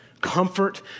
Comfort